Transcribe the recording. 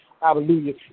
Hallelujah